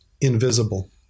invisible